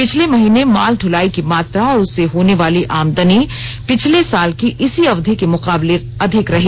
पिछले महीने माल ढुलाई की मात्रा और उससे होने वाली आमदनी पिछले साल की इसी अवधि के मुकाबले अधिक रही